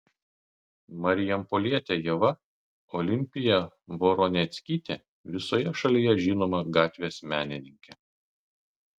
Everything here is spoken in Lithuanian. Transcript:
marijampolietė ieva olimpija voroneckytė visoje šalyje žinoma gatvės menininkė